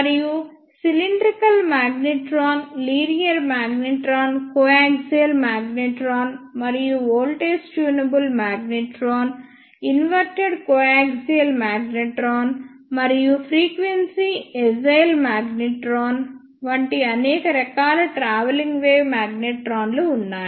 మరియు cylindrical magnetron linear magnetron coaxial magnetron మరియు voltage tunable magnetron inverted coaxial magnetron మరియు frequency agile magnetron వంటి అనేక రకాల ట్రావెలింగ్ వేవ్ మాగ్నెట్రాన్లు ఉన్నాయి